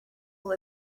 will